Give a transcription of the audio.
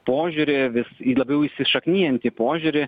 požiūrį vis į labiau įsišaknijantį požiūrį